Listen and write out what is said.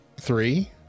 Three